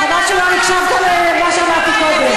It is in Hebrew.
חבל שלא הקשבת למה שאמרתי קודם.